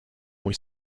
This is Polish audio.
mój